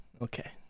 okay